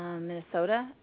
Minnesota